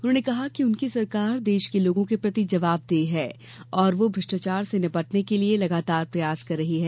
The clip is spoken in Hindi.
उन्होंने कहा कि उनकी सरकार देश के लोगों के प्रति जवाबदेह है और वो भ्रष्टाचार से निपटने के लिए लगातार प्रयास कर रही है